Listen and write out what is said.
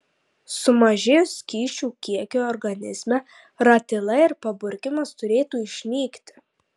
sumažėjus skysčių kiekiui organizme ratilai ir paburkimas turėtų išnykti